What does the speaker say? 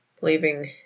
leaving